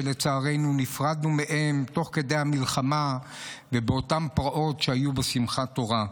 לצערנו נפרדנו מהם תוך כדי המלחמה ובאותן פרעות שהיו בשמחת תורה.